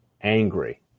angry